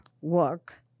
work